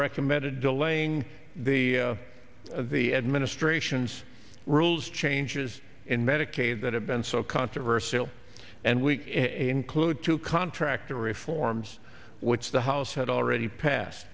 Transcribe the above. recommended delaying the the administration's rules changes in medicaid that have been so controversal and we include to contractor reforms which the house had already passed